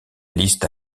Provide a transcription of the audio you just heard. liste